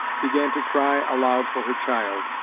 began to cry aloud for her child,